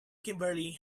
kimberly